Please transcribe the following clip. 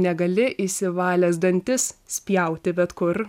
negali išsivalęs dantis spjauti bet kur